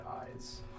eyes